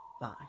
bye